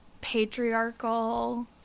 patriarchal